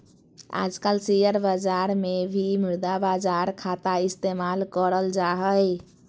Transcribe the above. आजकल शेयर बाजार मे भी मुद्रा बाजार खाता इस्तेमाल करल जा हय